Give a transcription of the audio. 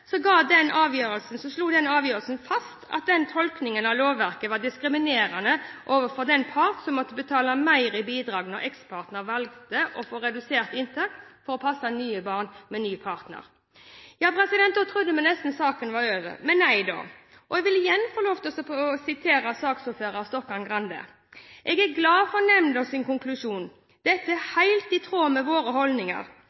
så mye mer? Saken har også dratt ut i tid, mye på grunn av at komiteen har ventet på Likestillings- og diskrimineringsnemndas avgjørelse. Da den kom for en tid siden, slo den fast at denne tolkningen av lovverket var diskriminerende overfor den part som måtte betale mer i bidrag når ekspartner valgte å få redusert inntekt for å passe nye barn med ny partner. Da trodde vi nesten saken var over – men nei da. Jeg vil igjen få lov til å sitere